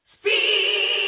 Speed